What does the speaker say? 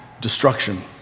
destruction